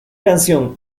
canción